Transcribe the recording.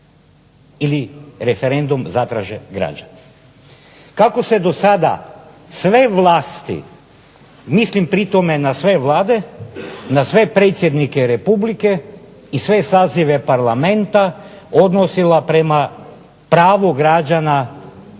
ili referendum zatraže građani. Kako se do sada sve vlasti, mislim pri tome na sve Vlade, na sve predsjednike Republike i sve sazive Parlamenta, odnosila prema pravu građana